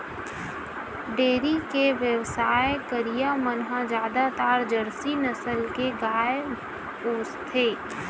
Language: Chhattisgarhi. डेयरी के बेवसाय करइया मन ह जादातर जरसी नसल के गाय पोसथे